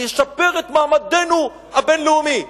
זה ישפר את מעמדנו הבין-לאומי.